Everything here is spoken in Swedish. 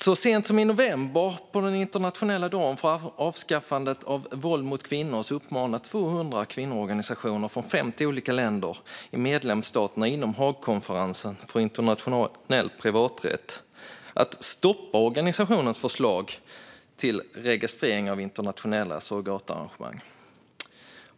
Så sent som i november, på den internationella dagen mot våld mot kvinnor, uppmanade 200 kvinnoorganisationer från 50 olika länder medlemsstaterna i Haagkonferensen för internationell privaträtt att stoppa organisationens förslag till registrering av internationella surrogatarrangemang.